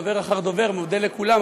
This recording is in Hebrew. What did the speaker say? דובר אחר דובר מודה לכולם,